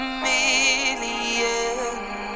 million